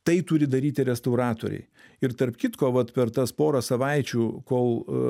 tai turi daryti restauratoriai ir tarp kitko vat per tas porą savaičių kol